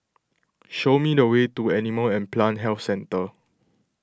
show me the way to Animal and Plant Health Centre